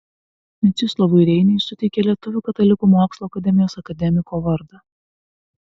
mečislovui reiniui suteikė lietuvių katalikų mokslo akademijos akademiko vardą